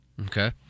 Okay